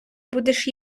будеш